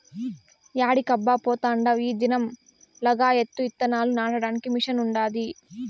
యాడికబ్బా పోతాండావ్ ఈ దినం లగాయత్తు ఇత్తనాలు నాటడానికి మిషన్ ఉండాది